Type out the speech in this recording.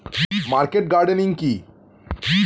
Market gardening কি?